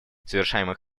совершаемых